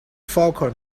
falcon